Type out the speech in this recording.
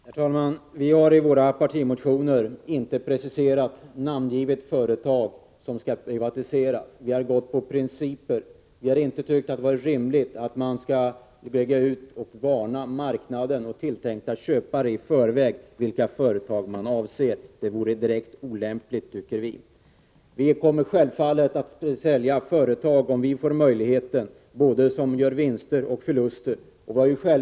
Herr talman! Vi har i våra partimotioner inte preciserat och namngivit företag som skall privatiseras. Vi har gått på principer. Vi tycker inte att det är rimligt att man skall gå ut och varna marknaden och tilltänkta köpare i förväg vilka företag man avser. Det vore direkt olämpligt, tycker vi. Om vi får möjlighet kommer vi självfallet att sälja ut både företag som gör vinster och företag som gör förluster.